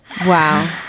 Wow